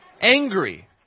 angry